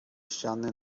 ściany